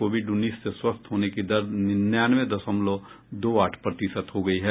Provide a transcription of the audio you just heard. Covid उन्नीस से स्वस्थ होने की दर निन्यानवे दशमलव दो आठ प्रतिशत हो गयी है